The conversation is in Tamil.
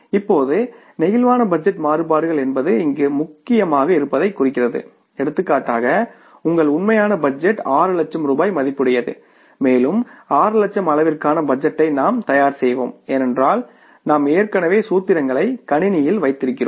இப்போது பிளேக்சிபிள் பட்ஜெட் மாறுபாடுகள் என்பது இங்கு முக்கியமாக இருப்பதைக் குறிக்கிறது எடுத்துக்காட்டாக உங்கள் உண்மையான பட்ஜெட் 6 லட்சம் ரூபாய் மதிப்புடையது மேலும் 6 லட்சம் அளவிற்கான பட்ஜெட்டை நாம் தயார் செய்வோம் ஏனென்றால் நாம் ஏற்கனவே சூத்திரங்களை கணினியில் வைத்திருக்கிறோம்